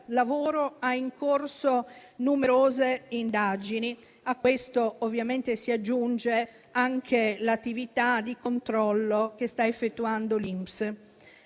lavoro ha in corso numerose indagini. A questo ovviamente si aggiunge anche l'attività di controllo che sta effettuando l'INPS.